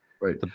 Right